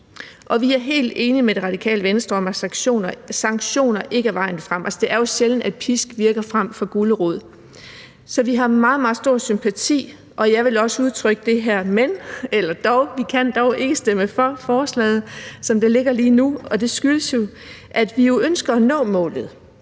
vi er helt enige med Det Radikale Venstre i, at sanktioner ikke er vejen frem. Altså, det er jo sjældent, at pisk virker frem for gulerod. Så vi har meget, meget stor sympati for det. Jeg vil dog også udtrykke det her »men« eller »dog«: Vi kan dog ikke stemme for forslaget, som det ligger lige nu, og det skyldes jo, at vi ønsker at nå målet